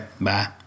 bye